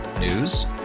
News